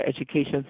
education